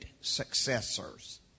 successors